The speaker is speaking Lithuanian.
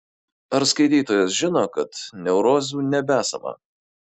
ar skaitytojas žino kad neurozių nebesama